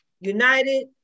United